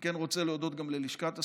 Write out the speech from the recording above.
אני כן רוצה להודות גם ללשכת השר,